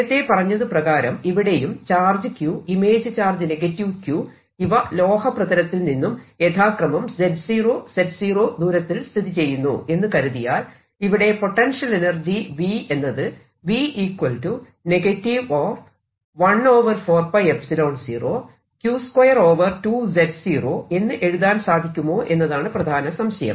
നേരത്തെ പറഞ്ഞത് പ്രകാരം ഇവിടെയും charge q image charge q ഇവ ലോഹപ്രതലത്തിൽ നിന്നും യഥാക്രമം z0 z0 ദൂരത്തിൽ സ്ഥിതിചെയ്യുന്നു എന്ന് കരുതിയാൽ ഇവിടെ പൊട്ടൻഷ്യൽ എനർജി V എന്നത് എന്ന് എഴുതാൻ സാധിക്കുമോ എന്നതാണ് പ്രധാന സംശയം